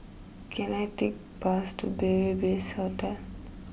can I take bus to Beary best Hostel